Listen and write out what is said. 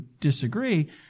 disagree